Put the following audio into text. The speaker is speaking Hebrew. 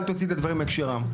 אל תוציאי דברים מהקשרם,